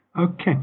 Okay